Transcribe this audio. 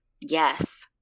Yes